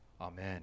Amen